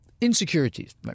insecurities